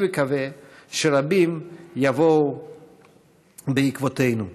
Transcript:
אני מקווה שרבים יבואו בעקבותינו.